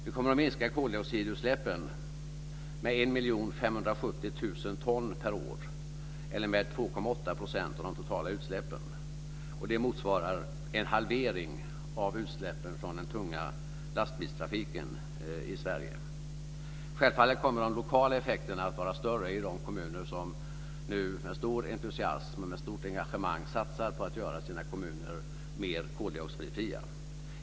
Det kommer att minska koldioxidutsläppen med 1 570 000 ton per år eller 2,8 % av de totala utsläppen. Det motsvarar en halvering av utsläppen från den tunga lastbilstrafiken i Självfallet kommer de lokala effekterna att vara större i de kommuner som nu med stor entusiasm och med stort engagemang satsar på att göra sina kommuner mer koldioxidfria.